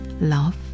love